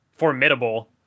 Formidable